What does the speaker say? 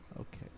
Okay